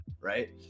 right